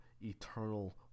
eternal